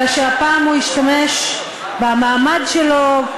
אלא שהפעם הוא השתמש במעמד שלו,